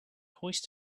hoist